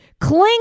Cling